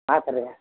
ஆ சரிங்க